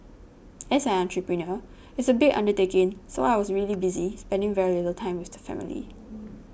as an entrepreneur it's a big undertaking so I was really busy spending very little time with the family